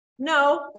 No